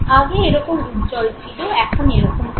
আগে এরকম উজ্জ্বল ছিল এখন এরকম হয়েছে